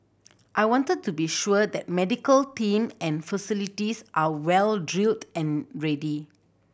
I wanted to be sure that medical team and facilities are well drilled and ready